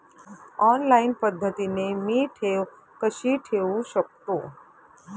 Online पद्धतीने मी ठेव कशी ठेवू शकतो?